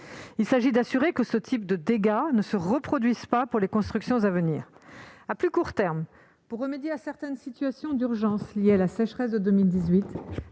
Il s'agit d'assurer que ce type de dégâts ne se reproduise pas pour les constructions à venir. À plus court terme, afin de remédier à certaines situations d'urgence liées à la sécheresse de 2018,